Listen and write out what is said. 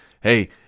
Hey